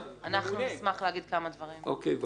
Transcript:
בבקשה,